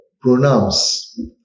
pronouns